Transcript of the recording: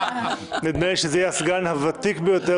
נדמה לי שזה יהיה הסגן הוותיק ביותר